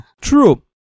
True